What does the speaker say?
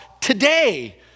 today